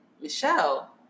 Michelle